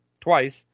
twice